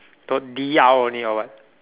got D R only or what